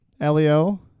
Elio